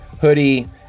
hoodie